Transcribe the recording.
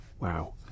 wow